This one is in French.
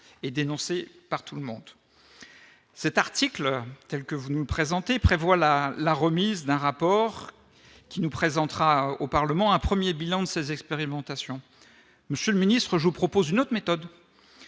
et dénoncée par tout le monde cet article tels que vous nous présentez prévoit la la remise d'un rapport qui nous présentera au Parlement un 1er bilan de ces expérimentations, monsieur le ministre, je vous propose une autre méthode,